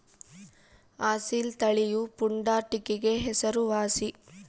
ಅಸೀಲ್ ತಳಿಯು ಪುಂಡಾಟಿಕೆಗೆ ಹೆಸರುವಾಸಿ